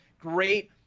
great